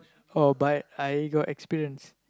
oh but I got experience